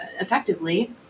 effectively